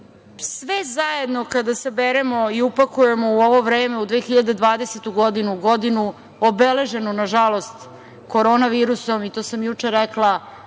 zajedno kada saberemo i upakujemo u ovo vreme u 2020. godinu, godinu obeleženu, nažalost, korona virusom, to sama juče rekla,